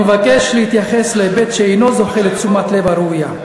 אני מבקש להתייחס להיבט שאינו זוכה לתשומת לב ראויה.